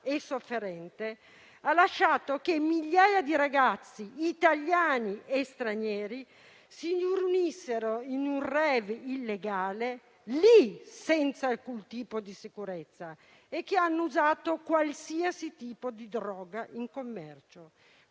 e sofferente ha lasciato che migliaia di ragazzi italiani e stranieri si riunissero in un *rave* illegale, in quel caso davvero senza alcun tipo di sicurezza, usando qualsiasi tipo di droga in commercio.